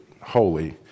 holy